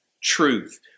truth